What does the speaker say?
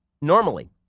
Normally